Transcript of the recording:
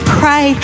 pray